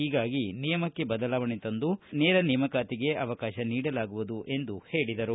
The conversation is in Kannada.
ಹೀಗಾಗಿ ನಿಯಮಕ್ಕೆ ಬದಲಾವಣೆ ತಂದು ನೇರ ನೇಮಕಾತಿಗೆ ಅವಕಾಶ ನೀಡಲಾಗುವುದು ಎಂದು ಹೇಳಿದರು